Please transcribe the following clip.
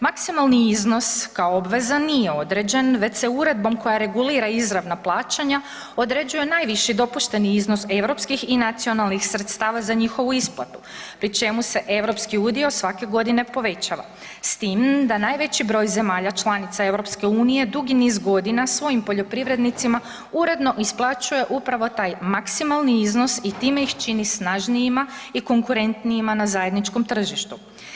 Maksimalni iznos kao obveza nije određen već se uredbom koja regulira izravna plaćanja određuje najveći dopušteni iznos europskih i nacionalnih sredstava za njihovu isplatu pri čemu se europski udio svake godine povećava s tim da najveći broj zemalja članica EU dugi niz godina svojim poljoprivrednicima uredno isplaćuje upravo taj maksimalni iznos i time ih čini snažnijima i konkurentnijima na zajedničkom tržištu.